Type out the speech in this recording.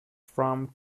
from